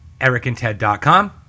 ericandted.com